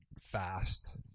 fast